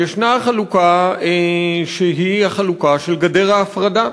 ויש החלוקה של גדר ההפרדה,